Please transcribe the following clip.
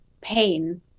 pain